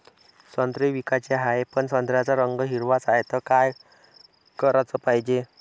संत्रे विकाचे हाये, पन संत्र्याचा रंग हिरवाच हाये, त का कराच पायजे?